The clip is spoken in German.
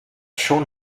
schon